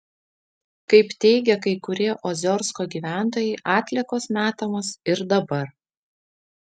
kaip teigia kai kurie oziorsko gyventojai atliekos metamos ir dabar